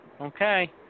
Okay